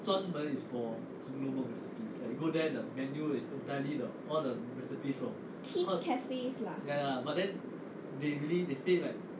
theme cafes lah